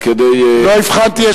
לא הבחנתי.